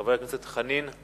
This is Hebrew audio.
חבר הכנסת חנין,